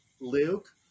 Luke